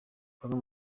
bamwe